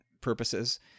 purposes